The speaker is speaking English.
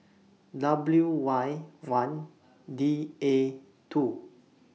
W Y one D A two